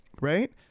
right